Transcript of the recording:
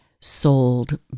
sold